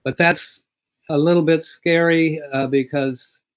but that's a little bit scary because